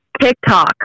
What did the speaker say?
TikTok